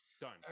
Done